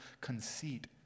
conceit